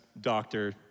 doctor